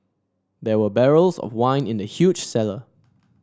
there were barrels of wine in the huge cellar